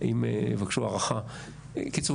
בקיצור,